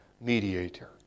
mediator